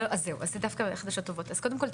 אז דווקא יש חדשות טובות: אז קודם כל,